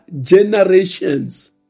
generations